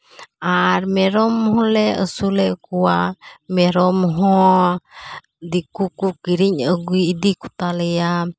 ᱟᱨ ᱢᱮᱨᱚᱢ ᱦᱚᱸᱞᱮ ᱟᱹᱥᱩᱞᱮᱫ ᱠᱚᱣᱟ ᱢᱮᱨᱚᱢ ᱦᱚᱸ ᱫᱤᱠᱩ ᱠᱚ ᱠᱤᱨᱤᱧ ᱟᱹᱜᱩ ᱤᱫᱤ ᱠᱚᱛᱟᱞᱮᱭᱟ